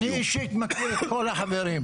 אני אישית מכיר את כל החברים,